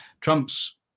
Trump's